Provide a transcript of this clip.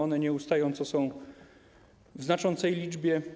One nieustająco są w znaczącej liczbie.